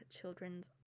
Children's